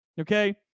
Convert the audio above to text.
Okay